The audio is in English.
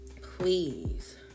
Please